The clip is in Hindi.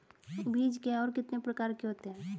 बीज क्या है और कितने प्रकार के होते हैं?